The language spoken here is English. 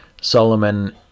Solomon